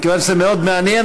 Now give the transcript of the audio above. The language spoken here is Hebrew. מכיוון שזה מאוד מעניין,